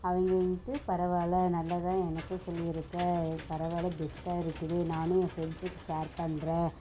அவங்க வந்ட்டு பரவாயில்லை நல்லா தான் எனக்கும் சொல்லிருக்கா பரவாயில்லை பெஸ்ட்டாக இருக்குது நானும் என் ஃப்ரெண்ட்ஸ்ஸுக்கு ஷேர் பண்ணுறேன்